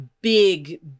big